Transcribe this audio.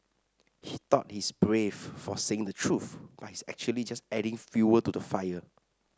he thought he's brave for saying the truth but he's actually just adding fuel to the fire